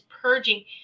purging